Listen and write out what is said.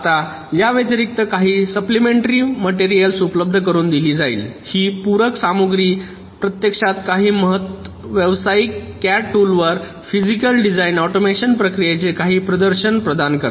आता याव्यतिरिक्त काही सुप्लिमेंटरी मटेरियल उपलब्ध करुन दिली जाईल ही पूरक सामग्री प्रत्यक्षात काही व्यावसायिक सीएडी टूल वर फिजिकल डिझाइन ऑटोमेशन प्रक्रियेचे काही प्रदर्शन प्रदान करते